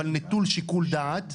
אבל נטול שיקול דעת,